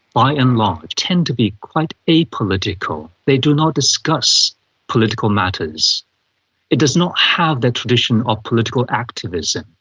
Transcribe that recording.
by and large, tend to be quite apolitical. they do not discuss political matters it does not have the tradition of political activism.